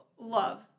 love